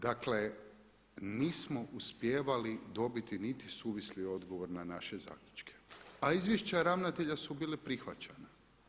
Dakle nismo uspijevali dobiti nisi suvisli odgovor na naše zaključke, a izvješća ravnatelja su bila prihvaćana.